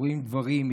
רואים דברים,